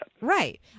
Right